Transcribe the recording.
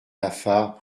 lafare